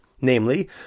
Namely